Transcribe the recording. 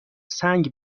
سنگ